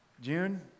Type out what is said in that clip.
June